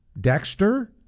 Dexter